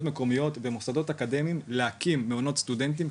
מקומיות ומוסדרות אקדמיים להקים מעונות סטודנטים,